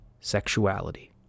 sexuality